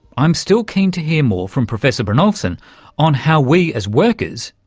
i'm still keen to hear more from professor brynjolfsson on how we, as workers,